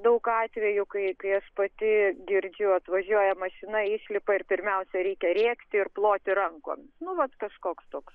daug atvejų kai kai aš pati girdžiu atvažiuoja mašina išlipa ir pirmiausia reikia rėkti ir ploti rankomis nu vat kažkoks toks